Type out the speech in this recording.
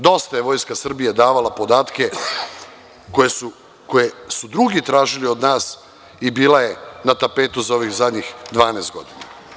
Dosta je Vojska Srbije davala podatke koje su drugi tražili od nas i bila je na tapetu za ovih zadnjih 12 godina.